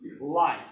life